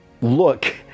look